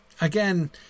again